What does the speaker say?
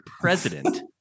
president